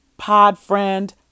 Podfriend